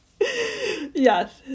Yes